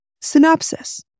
Synopsis